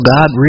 God